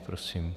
Prosím.